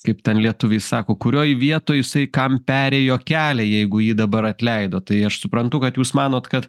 kaip ten lietuviai sako kurioj vietoj jisai kam perėjo kelią jeigu jį dabar atleido tai aš suprantu kad jūs manot kad